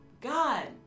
God